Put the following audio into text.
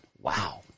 Wow